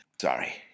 Sorry